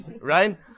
right